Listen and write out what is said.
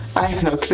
i have no clue.